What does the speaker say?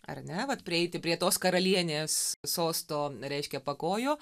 ar ne vat prieiti prie tos karalienės sosto reiškia pakojo